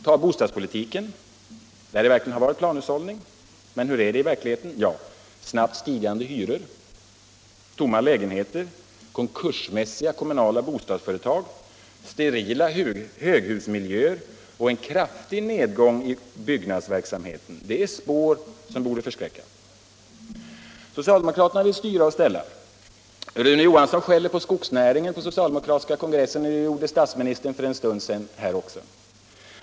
Ta bostadspolitiken, där det verkligen har förekommit en planhushållning! Hur är det i verkligheten? Snabbt stigande hyror, tomma lägenheter, konkursmässiga kommunala bostadsföretag, sterila höghusmiljöer och en kraftig nedgång i byggverksamheten — det är spår som borde förskräcka. Socialdemokraterna vill styra och ställa. Rune Johansson skäller på skogsnäringen på den socialdemokratiska kongressen, och även statsministern gjorde det här för en stund sedan.